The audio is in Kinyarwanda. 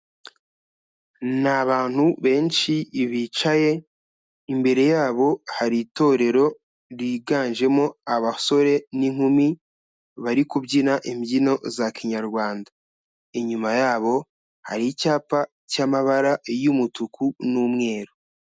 Ni abantu benshi bicaye, imbere yabo hari itorero ryiganjemo abasore n'inkumi bari kubyina imbyino za Kinyarwanda, inyuma yabo hari icyapa cy'amabara y'umutuku n'umweru.